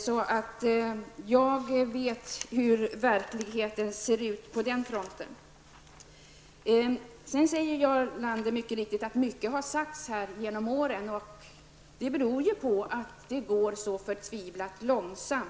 Jag vet således hur verkligheten ser ut på den fronten. Sedan säger Jarl Lander helt riktigt att mycket har sagts här under årens lopp. Men det beror på att det hela går så förtvivlat långsamt.